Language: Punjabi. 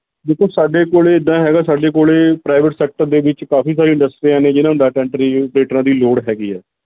ਦੇਖੋ ਸਾਡੇ ਕੋਲੇ ਏਦਾਂ ਹੈਗਾ ਸਾਡੇ ਕੋਲੇ ਪ੍ਰਾਈਵੇਟ ਸੈਕਟਰ ਦੇ ਵਿੱਚ ਕਾਫੀ ਸਾਰੀਆਂ ਇੰਡਸਟਰੀਆਂ ਨੇ ਜਿਹਨਾਂ ਨੂੰ ਡਾਟਾ ਐਂਟਰੀ ਓਪਰੇਟਰਾਂ ਦੀ ਲੋੜ ਹੈਗੀ ਹੈ